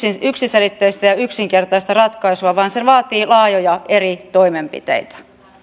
yksiselitteistä ja yksinkertaista ratkaisua vaan se vaatii laajoja eri toimenpiteitä